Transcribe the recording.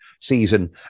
season